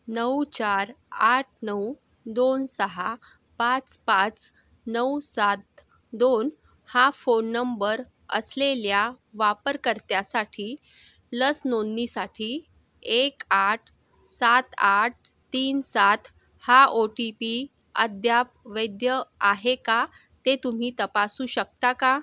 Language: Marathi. नऊ चार आठ नऊ दोन सहा पाच पाच नऊ सात दोन हा फोन नंबर असलेल्या वापरकर्त्यासाठी लस नोंदणीसाठी एक आठ सात आठ तीन सात हा ओ टी पी अद्याप वैध आहे का ते तुम्ही तपासू शकता का